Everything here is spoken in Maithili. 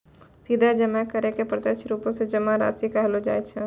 सीधा जमा करै के प्रत्यक्ष रुपो से जमा राशि कहलो जाय छै